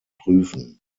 prüfen